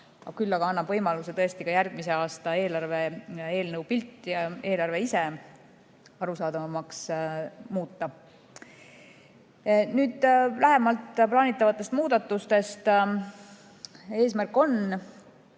küll aga annab võimaluse tõesti ka järgmise aasta eelarve eelnõu ja eelarve ise arusaadavamaks muuta. Nüüd lähemalt plaanitavatest muudatustest. Eesmärk on